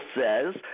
says